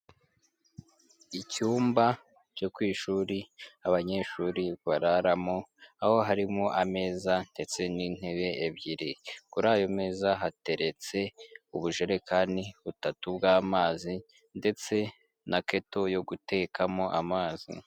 Icyumba cyo ku ishuri abanyeshuri bararamo, aho harimo ameza ndetse n'intebe ebyiri, kuri ayo meza hateretse ubujerekani butatu bw'amazi ndetse na keto yo gutekamo amazi.